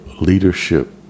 leadership